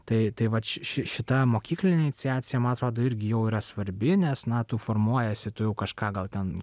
tai tai vat ši šita mokyklinė iniciacija man atrodo irgi jau yra svarbi nes na tu formuojiesi tu jau kažką gal ten